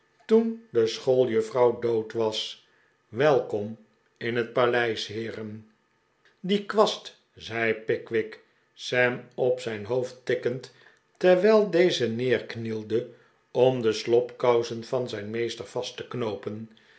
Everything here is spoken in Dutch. toen de school juffrouw dood was welkom in het paleis heeren die kwast zei pickwick sam op zijn hoofd tikkend terwijl deze neerknielde om de slobkousen van zijn meester vast te knoopen